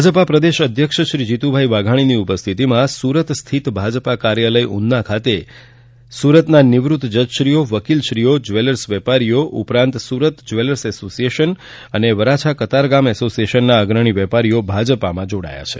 ભાજપા પ્રદેશ અધ્યક્ષ શ્રી જીતુભાઇ વાઘાણીની ઉપસ્થિતિમાં સુરત સ્થિત ભાજપા કાર્યાલય ઉધના ખાતે સુરતના નિવૃત્ત જજશ્રીઓ વકિલશ્રીઓ જ્વેલર્સ વેપારીઓ ઉપરાંત સુરત જવેલર્સ એસોસિયેશન અને વરાછા કતારગામ એસોસીએશનના અગ્રણી વેપારીઓ ભાજપામાં જોડાયા છે